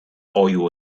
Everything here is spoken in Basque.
oihu